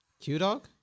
Q-Dog